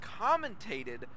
commentated